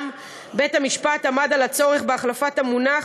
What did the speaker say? גם בית-המשפט עמד על הצורך בהחלפת המונח,